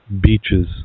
beaches